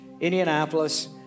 Indianapolis